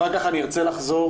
אחר כך ארצה לחזור